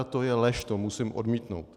To je lež, to musím odmítnout.